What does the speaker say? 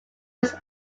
was